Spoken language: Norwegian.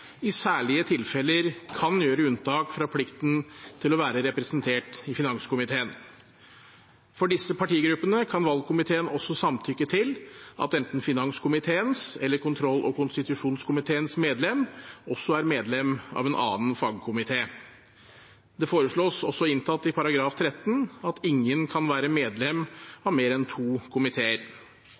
i særlige tilfeller kan gjøre unntak fra plikten til å være representert i finanskomiteen. For disse partigruppene kan valgkomiteen også samtykke til at enten finanskomiteens eller kontroll- og konstitusjonskomiteens medlem også er medlem av en annen fagkomité. Det foreslås også inntatt i § 13 at ingen kan være medlem av mer enn to komiteer.